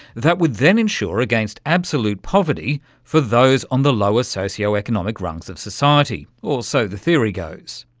that would then ensure against absolute poverty for those on the lower socio-economic rungs of society, or so the theory goes.